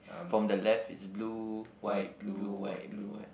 from the left is blue white blue white blue white